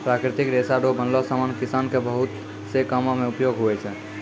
प्राकृतिक रेशा रो बनलो समान किसान के बहुत से कामो मे उपयोग हुवै छै